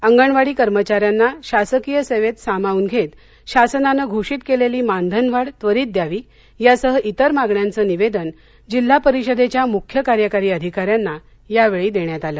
अंगणवाडी कर्मचाऱ्यांना शासकीय सेवेत सामावून घेत शासनानं घोषित केलेली मानधनवाढ त्वरीत द्यावी यासह इतर मागण्यांचं निवेदन जिल्हा परिषदेच्या मुख्यकार्यकारी अधिकाऱ्यांना यावेळी देण्यात आलं